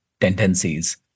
tendencies